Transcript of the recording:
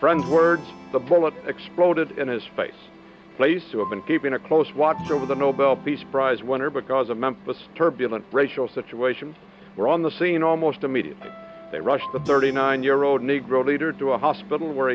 front words the bullet exploded in his face plays to have been keeping a close watch over the nobel peace prize winner because of memphis turbulent racial situation were on the scene almost immediately they rushed the thirty nine year old negro leader to a hospital where